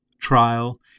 trial